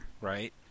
right